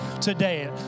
today